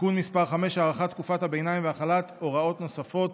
(תיקון מס' 5) (הארכת תקופת הביניים והחלת הוראות נוספות),